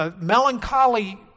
Melancholy